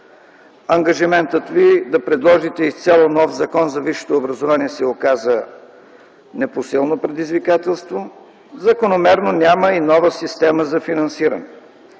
Ангажиментът Ви да предложите изцяло нов Закон за висшето образование се оказа непосилно предизвикателство, закономерно няма и нова система за финансиране.